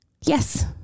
Yes